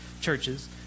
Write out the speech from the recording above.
churches